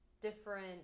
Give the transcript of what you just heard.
different